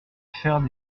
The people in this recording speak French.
faire